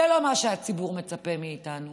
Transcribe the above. זה לא מה שהציבור מצפה מאיתנו.